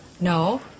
no